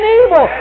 evil